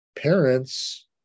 parents